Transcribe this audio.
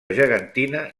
gegantina